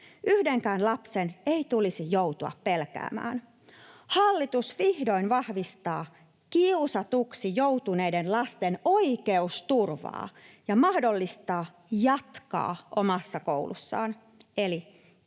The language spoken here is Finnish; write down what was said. yhdenkään lapsen ei tulisi joutua pelkäämään. Hallitus vihdoin vahvistaa kiusatuksi joutuneiden lasten oikeusturvaa ja mahdollistaa jatkaa omassa koulussaan, eli kiusaajan